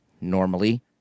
Normally